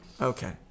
Okay